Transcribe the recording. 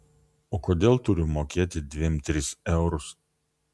o kodėl turiu mokėti dvim tris eurus